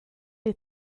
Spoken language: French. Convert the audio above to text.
les